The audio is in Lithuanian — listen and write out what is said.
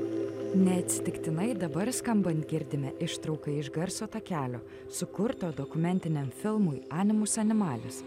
neatsitiktinai dabar skambant girdime ištrauką iš garso takelio sukurto dokumentiniam filmui animus animavis